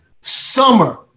Summer